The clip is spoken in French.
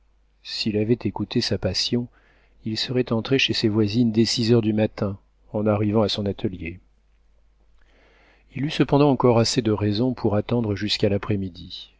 s'il avait écouté sa passion il serait entré chez ses voisines dès six heures du matin en arrivant à son atelier il eut cependant encore assez de raison pour attendre jusqu'à l'après-midi